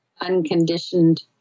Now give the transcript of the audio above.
unconditioned